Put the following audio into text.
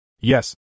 Yes